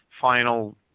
final